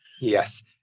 yes